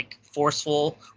forceful